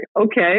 okay